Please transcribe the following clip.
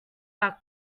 our